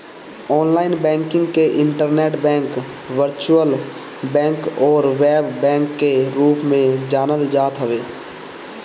online banking के internet bank, virtual bank अउरी web bank के रूप में जानल जात हवे